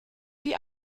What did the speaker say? die